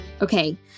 Okay